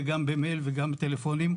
גם במייל וגם טלפונית,